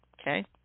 Okay